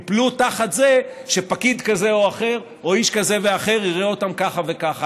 ייפלו תחת זה שפקיד כזה או אחר או איש כזה ואחר יראה אותם ככה וככה.